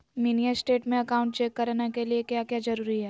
Mini state में account check करने के लिए क्या क्या जरूरी है?